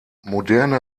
moderne